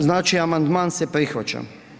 Znači amandman se prihvaća.